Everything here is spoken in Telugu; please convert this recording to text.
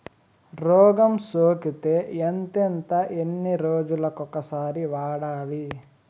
రోగం సోకితే ఎంతెంత ఎన్ని రోజులు కొక సారి వాడాలి?